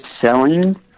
selling